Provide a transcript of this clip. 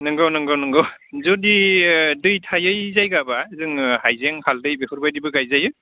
नंगौ नंगौ नंगौ जुदि दै थायै जायगाबा जोङो हाइजें हाल्दै बेफोरबायदिबो गायजायो